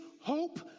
hope